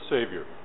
Savior